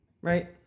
right